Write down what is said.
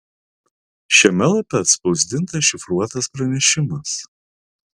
šiame lape atspausdintas šifruotas pranešimas